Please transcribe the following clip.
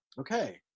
okay